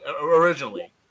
Originally